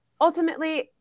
ultimately